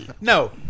No